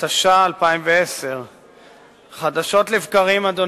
התש"ע 2010. חדשות לבקרים אנו